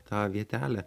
tą vietelę